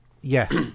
Yes